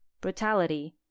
brutality